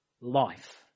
life